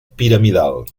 piramidal